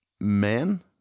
men